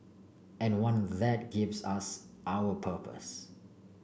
and one that gives us our purpose